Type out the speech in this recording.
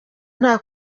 nta